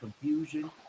confusion